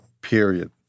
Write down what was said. period